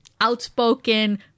outspoken